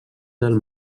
del